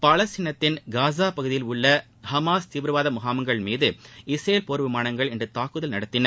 பாலஸ்தீனத்தில் Gaza பகுதியிலுள்ள Hamas தீவிரவாத முகாம்கள் மீது இஸ்தேல் போர் விமானங்கள் தாக்குதல் நடத்தின